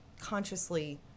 consciously